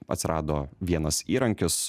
atsirado vienas įrankis